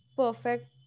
perfect